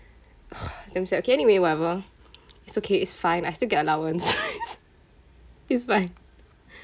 damn sad okay anyway whatever it's okay it's fine I still get allowance it's fine